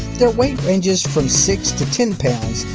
their weight ranges from six to ten pounds,